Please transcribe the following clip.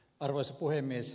arvoisa puhemies